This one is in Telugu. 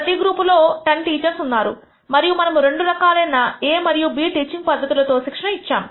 ప్రతి గ్రూపులో 10 టీచర్స్ ఉన్నారు మరియు మనము రెండు రకాలైన A మరియు B టీచింగ్ పద్ధతులు తో శిక్షణ ఇచ్చాము